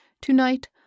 Tonight